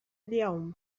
اليوم